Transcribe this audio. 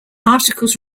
articles